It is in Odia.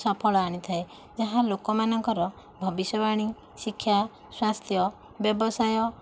ସଫଳ ଆଣିଥାଏ ଯାହା ଲୋକମାନଙ୍କର ଭବିଷ୍ୟବାଣୀ ଶିକ୍ଷ୍ୟା ସ୍ୱାସ୍ଥ୍ୟ ବ୍ୟବସାୟ